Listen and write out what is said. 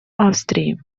австрии